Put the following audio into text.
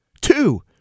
Two